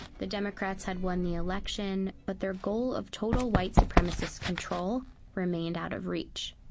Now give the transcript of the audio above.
the democrats had won the election, but their goal of total white supremacist control remained out of reach.